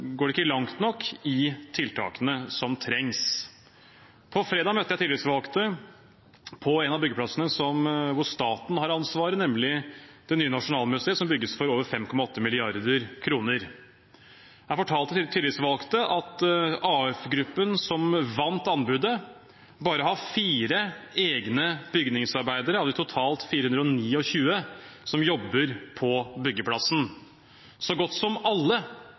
går dessverre ikke flertallet langt nok med tanke på tiltakene som trengs. På fredag møtte jeg tillitsvalgte på en av byggeplassene hvor staten har ansvaret, nemlig byggeplassen til det nye nasjonalmuseet, som bygges for over 5,8 mrd. kr. Der fortalte tillitsvalgte at AF Gruppen, som vant anbudet, bare har fire egne bygningsarbeidere av de totalt 429 som jobber på byggeplassen. Så godt som alle